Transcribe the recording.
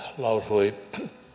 lausui